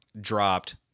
dropped